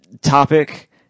topic